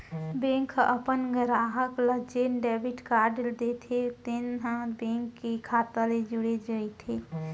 bank ह अपन गराहक ल जेन डेबिट कारड देथे तेन ह बेंक के खाता ले जुड़े रइथे